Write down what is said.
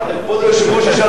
כבוד היושב-ראש,